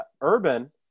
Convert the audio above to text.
Urban